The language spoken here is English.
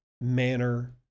manner